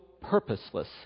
purposeless